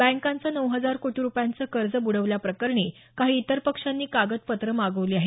बँकांचं नऊ हजार कोटी रुपयांचं कर्ज ब्डवल्या प्रकरणी काही इतर पक्षांनी कागदपत्रं मागवली आहेत